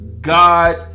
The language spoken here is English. God